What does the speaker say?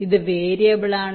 ഇത് വേരിയബിളാണ്